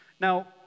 Now